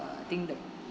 think the